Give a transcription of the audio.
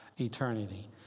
eternity